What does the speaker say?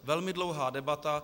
Velmi dlouhá debata.